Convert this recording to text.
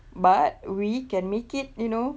but we can make it you know